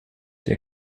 der